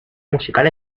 musical